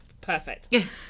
perfect